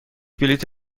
بلیط